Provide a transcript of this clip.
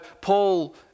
Paul